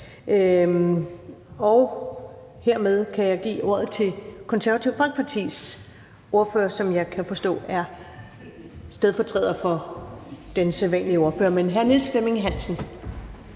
Hermed kan jeg give ordet til Det Konservative Folkepartis ordfører, som jeg kan forstå er stedfortræder for den sædvanlige ordfører. Hr. Niels Flemming Hansen,